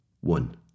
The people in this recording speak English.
One